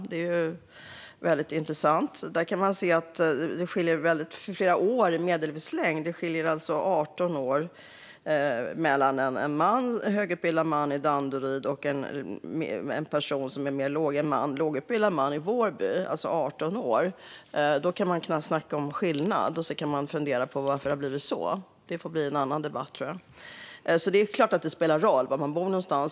Det är väldigt intressant. Där kan man se att det skiljer 18 år i medellivslängd mellan en högutbildad man i Danderyd och en lågutbildad man i Vårby - 18 år. Där kan man snacka om skillnad, och sedan kan man fundera på varför det har blivit så. Men det får bli en annan debatt. Det är klart att det spelar roll var man bor någonstans.